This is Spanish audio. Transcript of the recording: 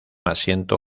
asiento